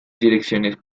direcciones